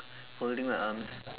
holding my arms